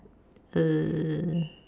err